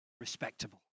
respectable